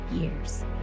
years